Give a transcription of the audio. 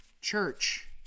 church